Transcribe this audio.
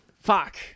Fuck